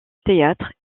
théâtres